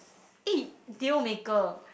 eh deal maker